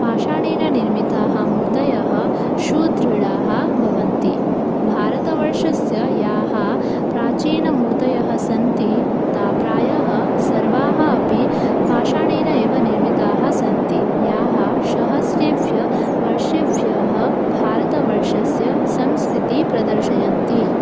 पाषाणेननिर्मिताः मूर्तयः सुदृढाः भवन्ति भारतवर्षस्य याः प्राचीनमूर्तयः सन्ति ताः प्रायः सर्वाः अपि पाषाणेन एव निर्मिताः सन्ति याः शहस्रेव वर्षेभ्यः भारतवर्षस्य संस्कृतिं प्रदर्शयन्ति